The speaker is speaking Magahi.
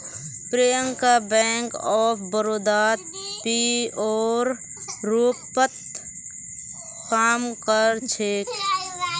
प्रियंका बैंक ऑफ बड़ौदात पीओर रूपत काम कर छेक